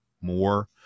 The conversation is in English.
more